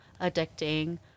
addicting